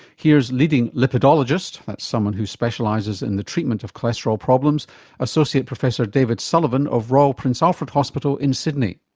here's leading lipidologist that's someone who specialises in the treatment of cholesterol problems associate professor david sullivan of royal prince alfred hospital in sydney.